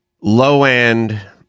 low-end